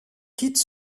quitte